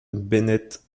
bennett